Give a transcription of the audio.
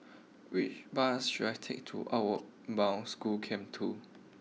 which bus should I take to Outward Bound School Camp two